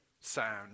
sound